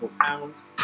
pounds